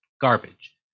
garbage